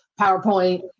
PowerPoint